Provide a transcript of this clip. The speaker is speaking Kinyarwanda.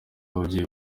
ababyeyi